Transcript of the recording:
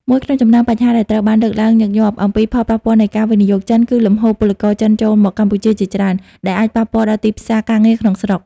មួយក្នុងចំណោមបញ្ហាដែលត្រូវបានលើកឡើងញឹកញាប់អំពីផលប៉ះពាល់នៃការវិនិយោគចិន គឺលំហូរពលករចិនចូលមកកម្ពុជាច្រើន ដែលអាចប៉ះពាល់ដល់ទីផ្សារការងារក្នុងស្រុក។